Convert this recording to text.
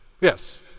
yes